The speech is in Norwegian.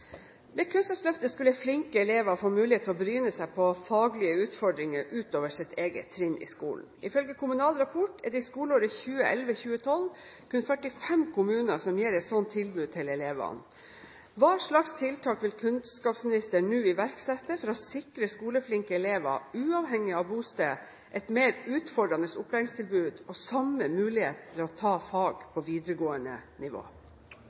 Kunnskapsløftet skulle flinke elever få mulighet til å bryne seg på faglige utfordringer utover eget trinn i skolen. Ifølge Kommunal Rapport er det skoleåret 2011/2012 kun 45 kommuner som gir et slikt tilbud til elevene. Hvilke tiltak vil statsråden nå iverksette for å sikre skoleflinke elever, uavhengig